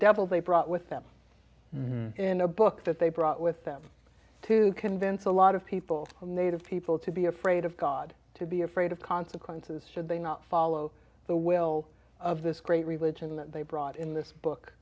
devil they brought with them in a book that they brought with them to convince a lot of people of native people to be afraid of god to be afraid of consequences should they not follow the will of this great religion that they brought in this book